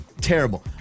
terrible